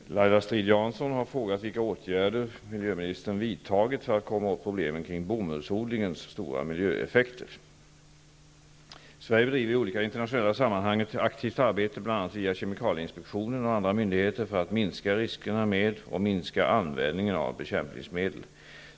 Fru talman! Laila Strid-Jansson har frågat vilka åtgärder miljöministern har vidtagit för att komma åt problemen kring bomullsodlingens stora miljöeffekter. Sverige bedriver i olika internationella sammanhang ett aktivt arbete, bl.a. via kemikalieinspektionen och andra myndigheter, för att minska riskerna med och minska användningen av bekämpningsmedel.